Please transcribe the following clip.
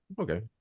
okay